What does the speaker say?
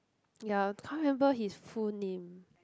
ya can't remember his full name